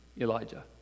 Elijah